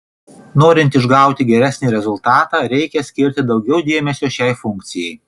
norint išgauti geresnį rezultatą reikia skirti daugiau dėmesio šiai funkcijai